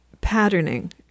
patterning